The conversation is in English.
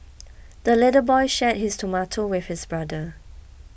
the little boy shared his tomato with his brother